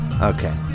Okay